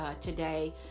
Today